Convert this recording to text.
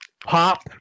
Pop